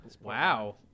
Wow